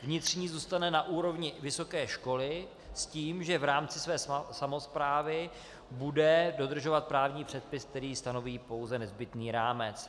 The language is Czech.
Vnitřní zůstane na úrovni vysoké školy, s tím že v rámci své samosprávy bude dodržovat právní předpis, který stanoví pouze nezbytný rámec.